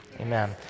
Amen